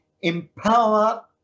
empower